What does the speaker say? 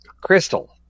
Crystal